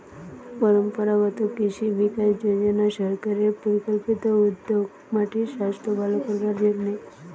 পরম্পরাগত কৃষি বিকাশ যজনা সরকারের পরিকল্পিত উদ্যোগ মাটির সাস্থ ভালো করবার জন্যে